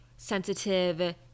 sensitive